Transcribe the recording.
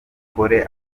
dukore